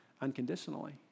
unconditionally